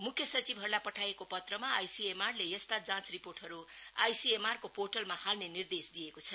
मुख्य सचिवहरूलाई पठाइएको पत्रमा आईसिएमआऱले यस्ता जाँच रिपोर्टहरू सबै आईसिएमआर को पोर्टलमा हाल्ने निर्देश दिएको छ